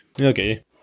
Okay